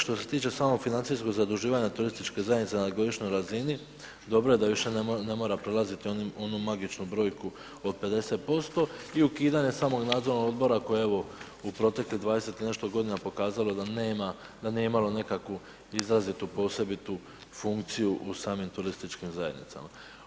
Što se tiče samog financijskog zaduživanja turističke zajednice na godišnjoj razini, dobro je da više ne mora prolaziti onu magičnu brojku od 50% i ukidanje samog nadzornog odbora koji evo u proteklih 20 i nešto godina pokazalo da nije imalo izrazitu posebitu funkciju u samim turističkim zajednicama.